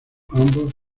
ambos